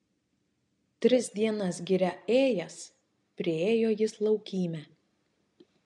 tris dienas giria ėjęs priėjo jis laukymę